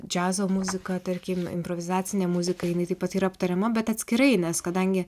džiazo muzika tarkim improvizacinė muzika jinai taip pat yra aptariama bet atskirai nes kadangi